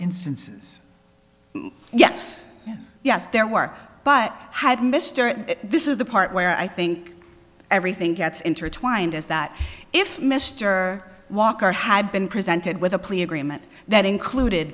instances yes yes yes there were but had mr this is the part where i think everything gets intertwined is that if mr walker had been presented with a plea agreement that included